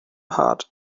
heart